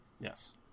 Yes